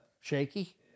Shaky